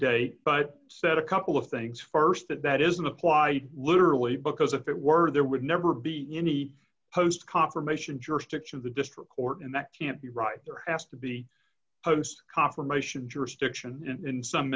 date but said a couple of things st that that isn't applied literally because if it were there would never be any host confirmation jurisdiction of the district court and that can't be right there has to be host conformation jurisdiction in some